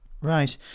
right